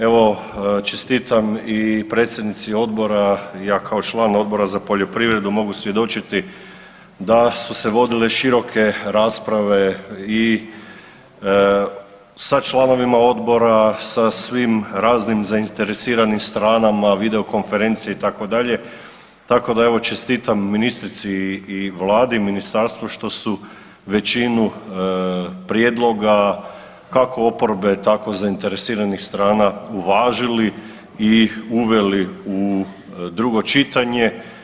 Evo, čestitam i predsjednici odbora i ja kao član Odbora za poljoprivredu mogu svjedočiti da su se vodile široke rasprave i sa članovima odbora, sa svim raznim zainteresiranim stranama, video konferencije itd., tako da evo čestitam ministrici i Vladi, ministarstvu što su većinu prijedloga kako oporbe tako zainteresiranih stana uvažili i uveli u drugo čitanje.